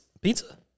pizza